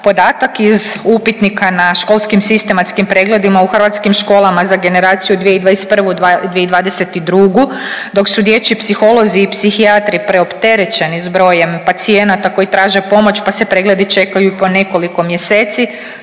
podatak iz upitnika na školskim sistematskim pregledima u hrvatskim školama za generaciju 2021/2022 dok su dječji psiholozi i psihijatri preopterećeni s brojem pacijenata koji traže pomoć pa se pregledi čekaju po nekoliko mjeseci.